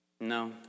No